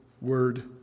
word